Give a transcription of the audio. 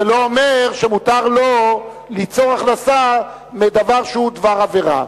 זה לא אומר שמותר לו ליצור הכנסה מדבר שהוא דבר עבירה.